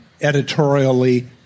editorially